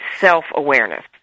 self-awareness